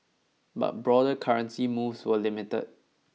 but broader currency moves were limited